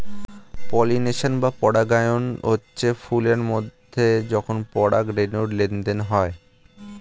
pollination বা পরাগায়ন হচ্ছে ফুল এর মধ্যে যখন পরাগ রেণুর লেনদেন হয়